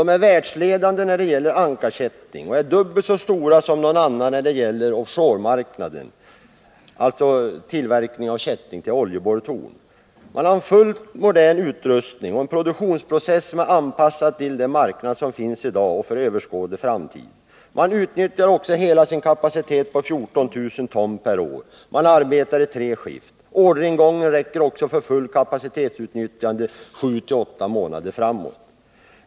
Den är världsledande när det gäller ankarkätting och är dubbelt så stor som någon annan när det gäller offshore-marknaden, alltså tillverkning av kätting till oljeborrtorn. Man har en fullt modern utrustning och en produktionsprocess som är anpassad till den marknad som 85 finns i dag och som kan komma att finnas inom överskådlig framtid. Man utnyttjar också hela sin kapacitet på 14 000 ton per år. Man arbetar i tre skift. Orderingången räcker också för fullt kapacitetsutnyttjande 7-8 månader framåt.